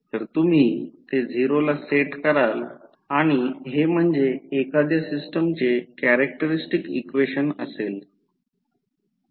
तर तुम्ही ते 0 ला सेट कराल आणि हे म्हणजे एखाद्या सिस्टमचे कॅरेक्टरस्टिक्स इक्वेशन असेल